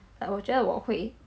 but 我觉得我会